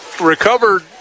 recovered